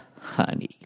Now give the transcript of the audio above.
Honey